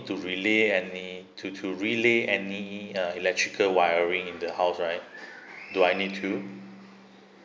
to relay any to to relay any uh electrical wiring in the house right do I need to